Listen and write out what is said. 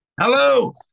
Hello